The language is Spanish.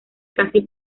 casi